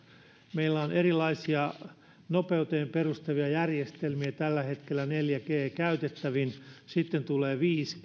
meillä on erilaisia nopeuteen perustuvia järjestelmiä tällä hetkellä neljä g käytettävin sitten tulee viisi